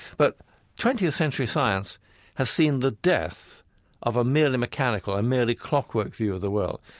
but twentieth century science has seen the death of a merely mechanical and merely clockwork view of the world.